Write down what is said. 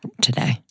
today